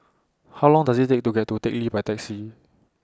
How Long Does IT Take to get to Teck Lee By Taxi